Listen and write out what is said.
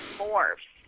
morphs